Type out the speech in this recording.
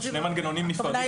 מנגנונים נפרדים.